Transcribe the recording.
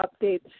updates